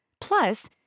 Plus